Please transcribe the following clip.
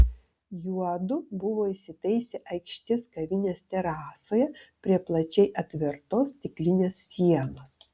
juodu buvo įsitaisę aikštės kavinės terasoje prie plačiai atvertos stiklinės sienos